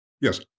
yes